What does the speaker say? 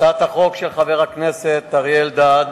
הצעת החוק של חבר הכנסת אריה אלדד